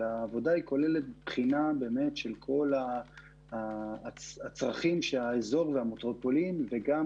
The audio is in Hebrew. אלא העבודה כוללת בחינה באמת של כל הצרכים של האזור והמטרופולין וגם